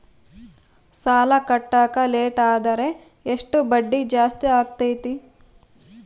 ಸಾಲ ಕಟ್ಟಾಕ ಲೇಟಾದರೆ ಎಷ್ಟು ಬಡ್ಡಿ ಜಾಸ್ತಿ ಆಗ್ತೈತಿ?